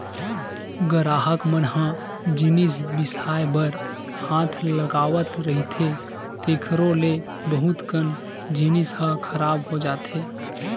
गराहक मन ह जिनिस बिसाए बर हाथ लगावत रहिथे तेखरो ले बहुत कन जिनिस ह खराब हो जाथे